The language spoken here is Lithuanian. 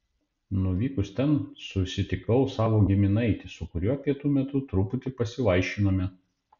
nuvykus ten susitikau savo giminaitį su kuriuo pietų metu truputį pasivaišinome